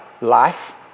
life